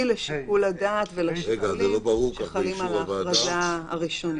לשיקול הדעת ולשיקולים שחלים על ההכרזה הראשונית.